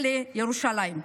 לירושלים,